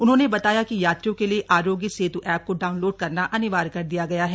उन्होंने बताया कि यात्रियों के लिये आरोग्य सेत् एप को डाउनलोड करना अनिवार्य कर दिया गया है